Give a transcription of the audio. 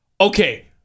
Okay